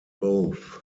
both